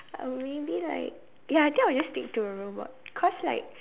or maybe like ya I think I'll just stick to a robot cause like